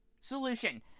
solution